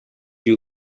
you